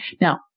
Now